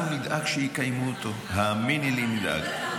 אנחנו נדאג שיקיימו אותו, האמיני לי, נדאג.